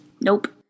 Nope